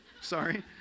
Sorry